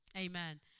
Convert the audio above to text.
Amen